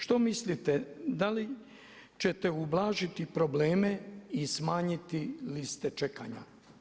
Što mislite da li ćete ublažiti probleme i smanjiti liste čekanja?